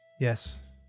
Yes